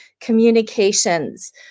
communications